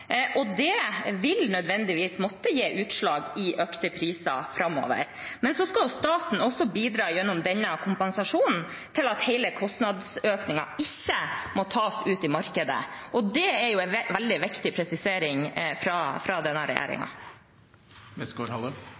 og det vil nødvendigvis måtte gi seg utslag i økte priser framover. Men staten skal også gjennom denne kompensasjonen bidra til at hele kostnadsøkningen ikke må tas ute i markedet, og det er en veldig viktig presisering fra denne